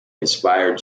inspired